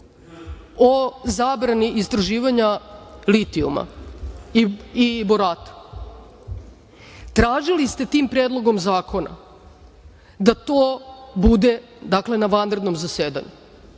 o zabrani istraživanja litijuma i borata. Tražili ste tim Predlogom zakona da to bude na vanrednom zasedanju.